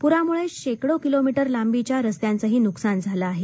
पुरामुळं शेकडो किलोमी उं लांबीच्या रस्त्यांचंही नुकसान झालं आहे